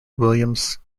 williams